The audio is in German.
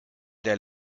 der